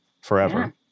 forever